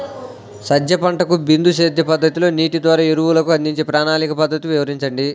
సజ్జ పంటకు బిందు సేద్య పద్ధతిలో నీటి ద్వారా ఎరువులను అందించే ప్రణాళిక పద్ధతులు వివరించండి?